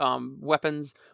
weapons